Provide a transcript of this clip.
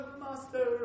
master